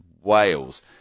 Wales